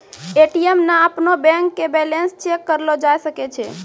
ATM मे अपनो bank के बैलेंस चेक करलो जाय सकै छै